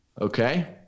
okay